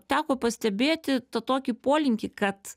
teko pastebėti tą tokį polinkį kad